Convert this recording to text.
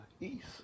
East